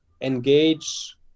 engage